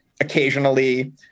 Occasionally